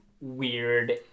weird